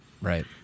Right